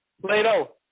Plato